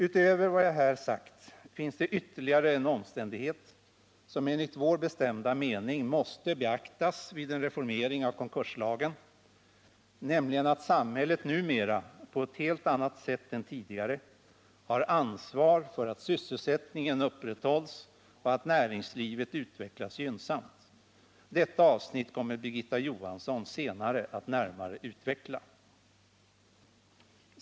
Utöver vad jag här sagt finns det ytterligare en omständighet som enligt vår bestämda mening måste beaktas vid en reformering av konkurslagen, nämligen att samhället numera på ett helt annat sätt än tidigare har ansvar för att sysselsättningen upprätthålls och att näringslivet utvecklas gynnsamt. Detta avsnitt kommer Birgitta Johansson senare att närmare utveckla.